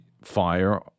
fire